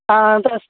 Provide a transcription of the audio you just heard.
आनन्तरम्